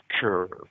curve